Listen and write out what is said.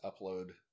upload